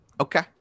Okay